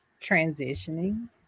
transitioning